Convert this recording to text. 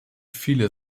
viele